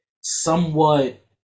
somewhat